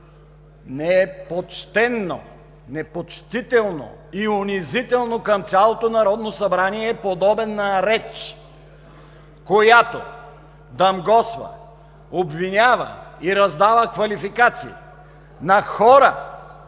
е почтено. Непочтителна и унизителна към цялото Народно събрание е подобна реч, която дамгосва, обвинява и раздава квалификации на хора